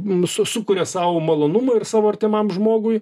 su sukuria sau malonumo ir savo artimam žmogui